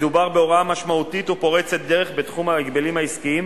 מדובר בהוראה משמעותית ופורצת דרך בתחום ההגבלים העסקיים,